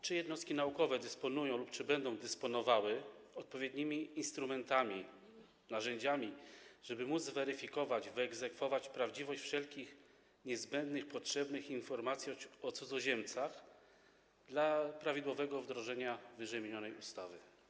Czy jednostki naukowe dysponują lub czy będą dysponowały odpowiednimi instrumentami, narzędziami, żeby móc zweryfikować prawdziwość wszelkich niezbędnych, potrzebnych informacji o cudzoziemcach, wyegzekwować je dla prawidłowego wdrożenia ww. ustawy?